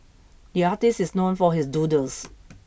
the artist is known for his doodles